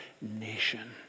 nation